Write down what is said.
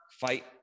fight